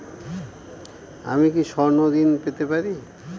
আমি কি স্বর্ণ ঋণ পেতে পারি?